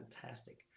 fantastic